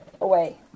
away